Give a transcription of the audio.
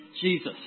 Jesus